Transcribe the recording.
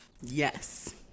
Yes